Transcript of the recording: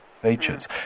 features